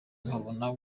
nkabona